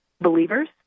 believers